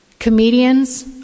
Comedians